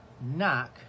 Knock